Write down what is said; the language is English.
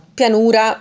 pianura